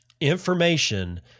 information